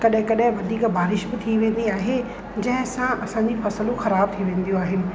कॾहिं कॾहिं वधीक बारिश बि थी वेंदी आहे जंहिंसां असांजूं फ़सुलूं ख़राब थी वेंदियूं आहिनि